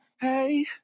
hey